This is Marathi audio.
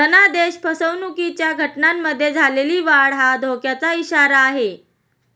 धनादेश फसवणुकीच्या घटनांमध्ये झालेली वाढ हा धोक्याचा इशारा आहे